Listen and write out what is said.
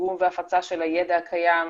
באיגום והפצה של הידע הקיים,